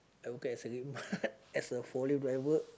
I working as a Redmart as a forklift driver